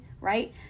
right